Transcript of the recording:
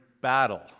battle